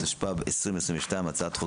התשפ"ב-2022; הצעת חוק